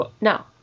no